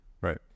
Right